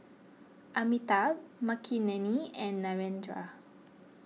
Amitabh Makineni and Narendra